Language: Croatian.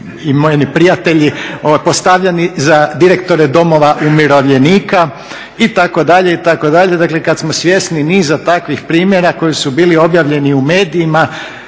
i meni prijatelji, postavljeni za direktore domova umirovljenika itd., itd. dakle kada smo svjesni niza takvih primjera koji su bili objavljeni u medijima